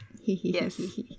yes